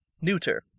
Neuter